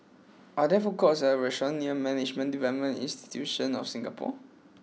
are there food courts or restaurants near Management Development Institution of Singapore